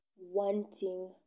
wanting